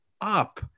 up